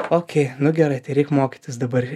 okėj nu gerai tai reik mokytis dabar